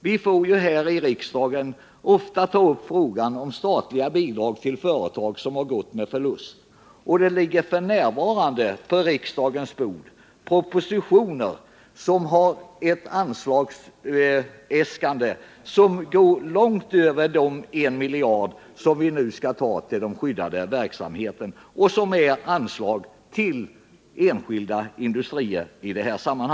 Vi får här i riksdagen ofta behandla frågor som rör statliga bidrag till företag som gått med förlust. F.n. ligger på riksdagens bord propositioner som innehåller anslagsäskanden avseende enskilda industrier som går långt utöver det belopp på 1 miljard som vi nu skall besluta om när det gäller den skyddade verksamheten.